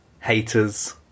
haters